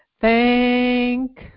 Thank